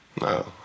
No